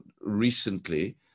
recently